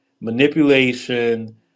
manipulation